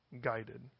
guided